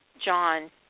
John